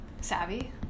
Savvy